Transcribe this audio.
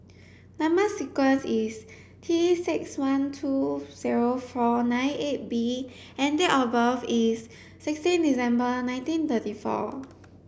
number sequence is T six one two zero four nine eight B and date of birth is sixteen December nineteen thirty four